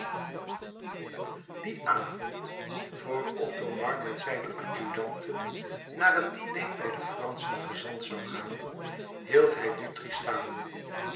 dien avond vor othomar met zijne adjudanten naar het diner bij den franschen gezant zoû gaan hield hij dutri staande